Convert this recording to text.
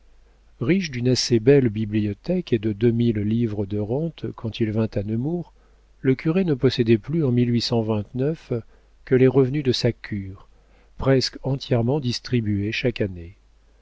riche d'une assez belle bibliothèque et de deux mille livres de rente quand il vint à nemours le curé ne possédait plus en que les revenus de sa cure presque entièrement distribués chaque année